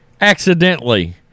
accidentally